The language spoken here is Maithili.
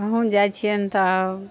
हमहूँ जाइत छियनि तऽ